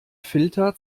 filter